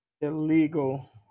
illegal